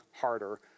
harder